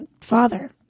father